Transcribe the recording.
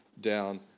down